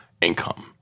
income